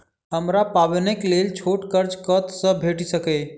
हमरा पाबैनक लेल छोट कर्ज कतऽ सँ भेटि सकैये?